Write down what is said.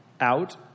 out